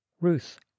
ruth